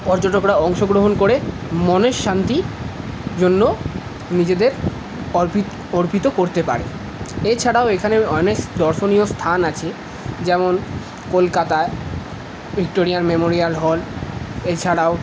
পর্যটকরা অংশগ্রহণ করে মনের শান্তির জন্য নিজেদের অর্পিত অর্পিত করতে পারে এছাড়াও এখানে অনেক দর্শনীয় স্থান আছে যেমন কলকাতায় ভিক্টোরিয়া মেমোরিয়াল হল এছাড়াও